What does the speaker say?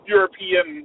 European